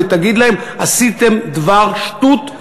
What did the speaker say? ותגיד להם: עשיתם דבר שטות,